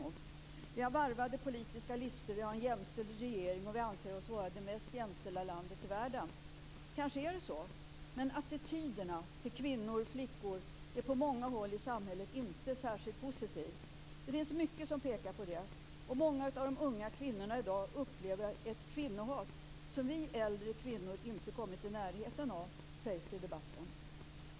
Det finns varvade politiska listor, vi har en jämställd regering och vi anser oss vara det mest jämställda landet i världen. Kanske är det så, men attityderna till flickor/kvinnor är på många håll i samhället inte särskilt positiva. Det finns mycket som pekar på det. Många av de unga kvinnorna upplever i dag ett kvinnohat som vi äldre kvinnor inte har kommit i närheten av, sägs det i debatten.